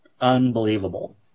unbelievable